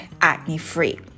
acne-free